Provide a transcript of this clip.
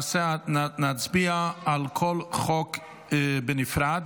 נצביע על כל חוק בנפרד,